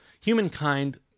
Humankind